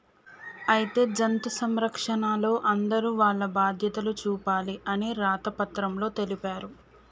అయితే జంతు సంరక్షణలో అందరూ వాల్ల బాధ్యతలు చూపాలి అని రాత పత్రంలో తెలిపారు